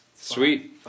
Sweet